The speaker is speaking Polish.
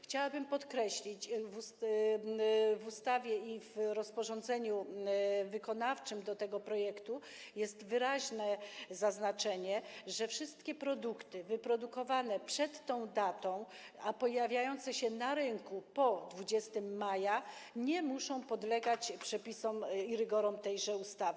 Chciałabym podkreślić, że w ustawie i w rozporządzeniu wykonawczym do tego projektu ustawy jest wyraźne zaznaczenie, że wszystkie produkty wyprodukowane przed tą datą, a pojawiające się na rynku po 20 maja nie muszą podlegać przepisom i rygorom tejże ustawy.